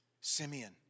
Simeon